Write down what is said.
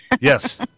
Yes